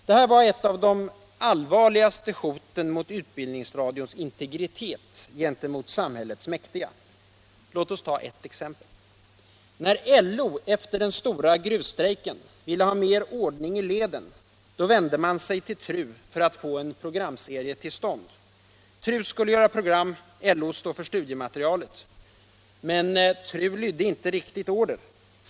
Detta var ett av de allvarligaste hoten mot utbildningsradions integritet mot samhällets mäktiga. Låt oss ta ett exempel. När LO efter den stora gruvstrejken ville ha mer ordning i leden vände man sig till TRU för att få en programserie till stånd. TRU skulle göra program, LO stå för studiematerialet. Men TRU lydde inte riktigt order.